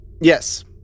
Yes